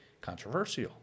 controversial